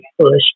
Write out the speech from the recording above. push